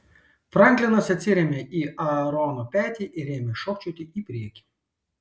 franklinas atsirėmė į aarono petį ir ėmė šokčioti į priekį